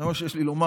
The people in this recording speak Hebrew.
זה מה שיש לי לומר.